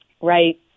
Right